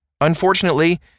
unfortunately